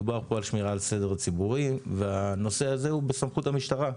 מדובר פה על שמירה על הסדר הציבורי והנושא הזה הוא בסמכות המשטרה.